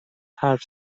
حرف